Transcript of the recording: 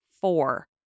four